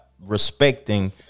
respecting